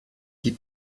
die